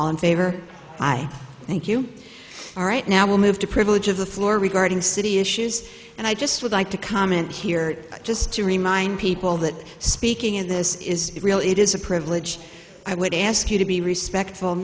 on favre i thank you all right now we'll move to privilege of the floor regarding city issues and i just would like to comment here just to remind people that speaking in this is real it is a privilege i would ask you to be respectful